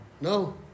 No